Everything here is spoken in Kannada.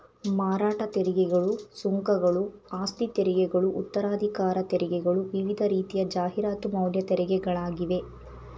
ಮಾರಾಟ ತೆರಿಗೆಗಳು, ಸುಂಕಗಳು, ಆಸ್ತಿತೆರಿಗೆಗಳು ಉತ್ತರಾಧಿಕಾರ ತೆರಿಗೆಗಳು ವಿವಿಧ ರೀತಿಯ ಜಾಹೀರಾತು ಮೌಲ್ಯ ತೆರಿಗೆಗಳಾಗಿವೆ